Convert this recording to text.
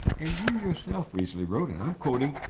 and you yourself recently wrote, and i'm quoting,